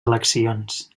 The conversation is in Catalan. eleccions